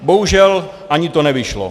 Bohužel, ani to nevyšlo.